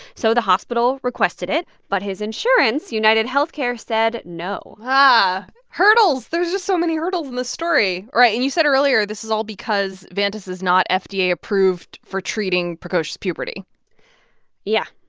so the hospital requested it. but his insurance, unitedhealthcare, said no but hurdles there's just so many hurdles in the story. right. and you said earlier this is all because vantas is not fda-approved for treating precocious puberty yeah,